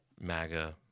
MAGA